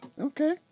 Okay